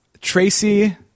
Tracy